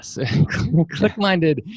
Clickminded